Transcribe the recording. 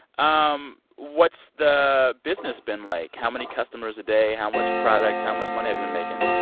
um what's the business been like? how many customers a day? how much product? how much money have you been making?